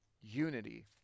unity